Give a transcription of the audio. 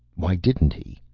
why didn't he?